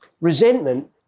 Resentment